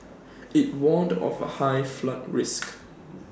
IT warned of A high flood risk